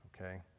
okay